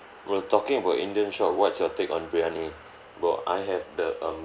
bro talking about indian shop what's your take on briyani bro I have the